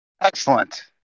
Excellent